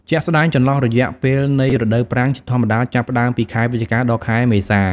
ជាក់ស្តែងចន្លោះរយៈពេលនៃរដូវប្រាំង ជាធម្មតា ចាប់ផ្ដើមពីខែវិច្ឆិកា ដល់ខែមេសា។